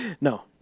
No